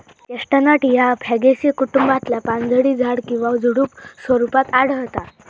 chestnut ह्या fagaceae कुटुंबातला पानझडी झाड किंवा झुडुप स्वरूपात आढळता